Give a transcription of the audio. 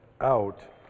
out